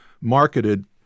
marketed